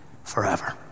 Forever